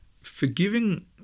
forgiving